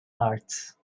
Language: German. arts